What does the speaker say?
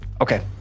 Okay